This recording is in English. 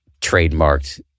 trademarked